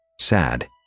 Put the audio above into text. Sad